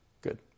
good